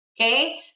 okay